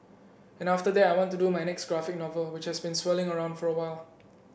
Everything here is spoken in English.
and after that I want do my next graphic novel which has been swirling around for a while